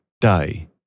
day